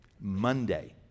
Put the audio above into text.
Monday